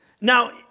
now